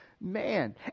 man